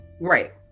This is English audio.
Right